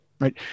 right